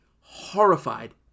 horrified